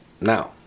Now